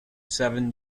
seven